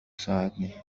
ساعدني